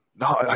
No